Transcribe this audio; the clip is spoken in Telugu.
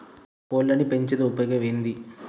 కోళ్లని పెంచితే ఉపయోగం ఏంది?